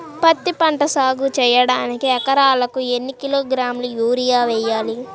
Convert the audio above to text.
పత్తిపంట సాగు చేయడానికి ఎకరాలకు ఎన్ని కిలోగ్రాముల యూరియా వేయాలి?